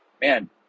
man